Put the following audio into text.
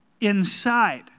inside